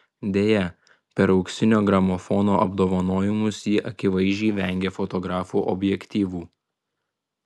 deja per auksinio gramofono apdovanojimus ji akivaizdžiai vengė fotografų objektyvų